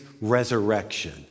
resurrection